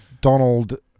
Donald